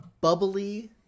Bubbly